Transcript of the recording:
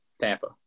Tampa